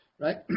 right